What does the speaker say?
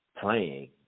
playing